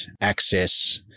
access